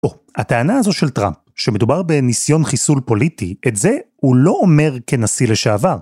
או, הטענה הזו של טראמפ, שמדובר בניסיון חיסול פוליטי, את זה הוא לא אומר כנשיא לשעבר.